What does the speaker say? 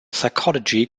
psychology